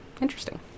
Interesting